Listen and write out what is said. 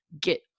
get